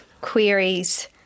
queries